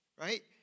right